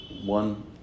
one